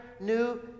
New